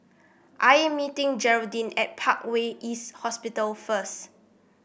I'm meeting Geraldine at Parkway East Hospital first